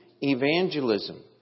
evangelism